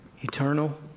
eternal